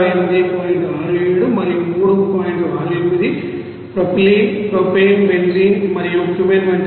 68 propylene propane benzene మరియు cumene వంటివి